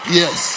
yes